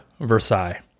Versailles